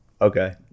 Okay